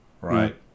Right